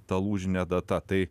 tą lūžinė data tai